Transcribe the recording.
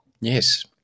Yes